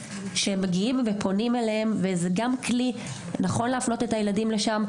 שמגיעים ופונים אליהם וזה גם כלי נכון להפנות את הילדים לשם,